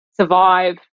survive